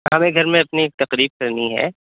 ہمیں گھر میں اپنی ایک تقریب کرنی ہے